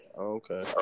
Okay